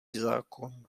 zákon